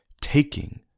taking